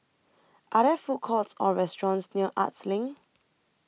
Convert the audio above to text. Are There Food Courts Or restaurants near Arts LINK